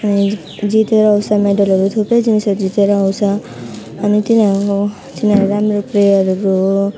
अनि जितेर आउँछ मेडलहरू थुप्रै जिनिसहरू जितेर आउँछ अनि तिनीहरूको तिनीहरू राम्रो प्लेयरहरू हो